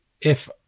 if-